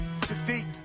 Sadiq